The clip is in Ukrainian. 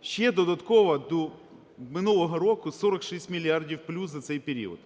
ще додатково до минулого року 46 мільярдів плюс за цей період.